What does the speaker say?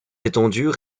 étendues